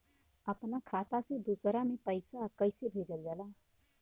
अपना खाता से दूसरा में पैसा कईसे भेजल जाला?